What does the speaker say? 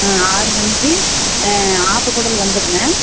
ம் ஆறு மணிக்கு ஆப்பக்கூடல் வந்துவிடுங்க